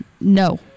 No